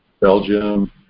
Belgium